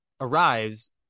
arrives